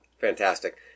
fantastic